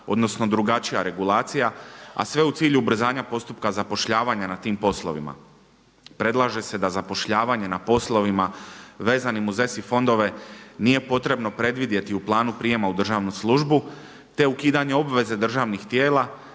odnosno drugačija regulacija a sve u cilju ubrzanja postupka zapošljavanja na tim poslovima. Predlaže se da zapošljavanje na poslovima vezanim uz ESI fondove nije potrebno predvidjeti u planu prijema u državnu službu te ukidanje obveze državnih tijela